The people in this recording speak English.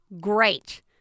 great